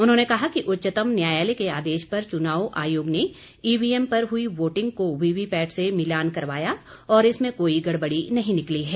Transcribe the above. उन्होंने कहा कि उच्चतम न्यायालय के आदेश पर चुनाव आयोग ने ईवीएम पर हुई वोटिंग का वीवीपैट से मिलान करवाया और इसमें कोई गड़बड़ी नहीं निकली है